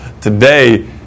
today